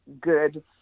good